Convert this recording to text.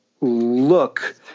look